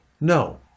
No